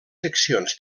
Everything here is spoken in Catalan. seccions